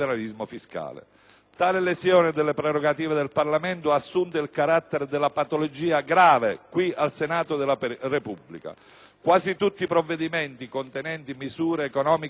Tale lesione delle prerogative del Parlamento ha assunto il carattere della patologia grave qui al Senato della Repubblica. Quasi tutti i provvedimenti contenenti misure economico-finanziarie,